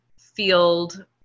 field